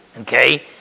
Okay